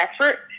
effort